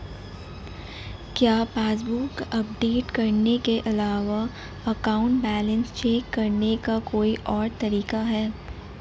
क्या passbook update करने के अलावा अकाउंट बैलेंस चेक करने का कोई और तरीका है?